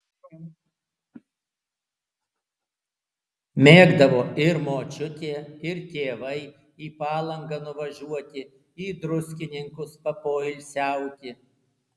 mėgdavo ir močiutė ir tėvai į palangą nuvažiuoti į druskininkus papoilsiauti